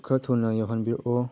ꯈꯔ ꯊꯨꯅ ꯌꯧꯍꯟꯕꯤꯔꯛꯎ